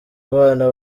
abana